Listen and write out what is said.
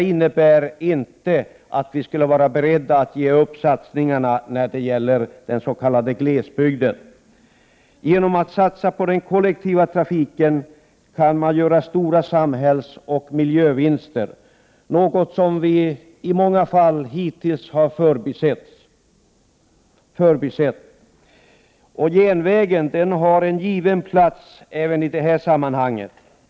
Men för den skull är vi inte beredda att ge upp satsningarna på den s.k. glesbygden. Genom att satsa på kollektiv trafik kan man göra stora samhällsoch miljövinster — vilket i många fall har förbisetts. Järnvägen har en given plats även i detta sammanhang.